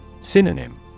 Synonym